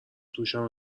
دوشم